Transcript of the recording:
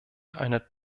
einer